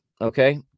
okay